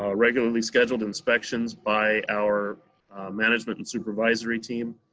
ah regularly scheduled inspections by our management and supervisory team,